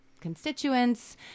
constituents